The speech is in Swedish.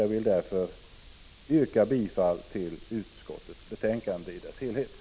Jag yrkar bifall till utskottets hemställan på alla punkter.